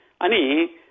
ani